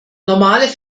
normale